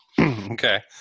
Okay